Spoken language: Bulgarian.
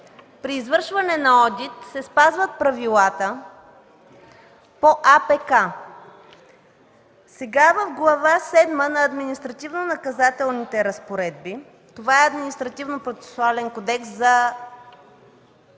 при извършване на одит се спазват правилата по АПК. Сега в Глава седма „Административнонаказателни разпоредби” – това е административнопроцесуален кодекс за